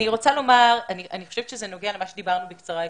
אני חושבת שזה נוגע למה שדיברנו בקצרה אתמול,